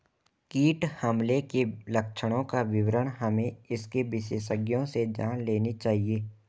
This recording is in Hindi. कीट हमले के लक्षणों का विवरण हमें इसके विशेषज्ञों से जान लेनी चाहिए